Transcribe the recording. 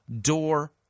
door